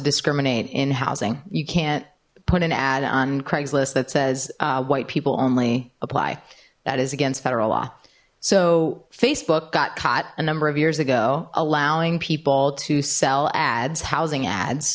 discriminate in housing you can't put an ad on craigslist that says white people only apply that is against federal law so facebook got caught a number of years ago allowing people to sell ads housing